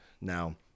Now